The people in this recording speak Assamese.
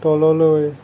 তললৈ